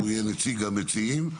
הוא יהיה נציג המציעים.